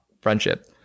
friendship